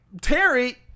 Terry